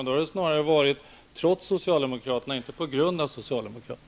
Då har det snarare varit trots Socialdemokraterna och inte på grund av Socialdemokraterna.